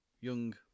young